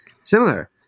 similar